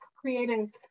creating